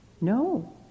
No